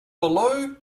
below